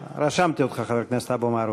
רשמתי אותך, חבר הכנסת אבו מערוף.